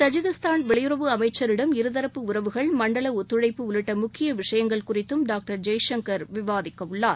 Tajikistan வெளியுறவு அமைச்சரிடம் உறவுகள் மண்டலஒத்துழைப்பு இருதரப்பு உள்ளிட்டமுக்கியவிஷயங்கள் குறித்தும் டாக்டர் ஜெய்சங்கர் விவாதிக்கஉள்ளார்